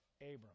Abram